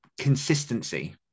consistency